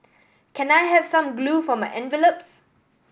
can I have some glue for my envelopes